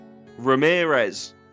Ramirez